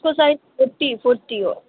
उसको size forty forty हो